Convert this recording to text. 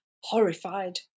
horrified